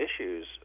issues